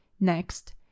Next